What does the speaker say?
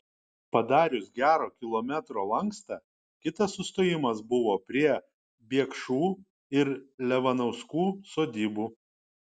padarius gero kilometro lankstą kitas sustojimas buvo prie biekšų ir levanauskų sodybų